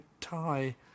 tie